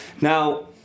Now